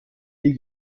die